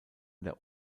der